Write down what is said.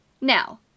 Now